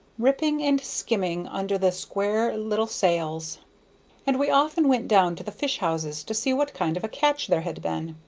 ripping and skimming under the square little sails and we often went down to the fish-houses to see what kind of a catch there had been.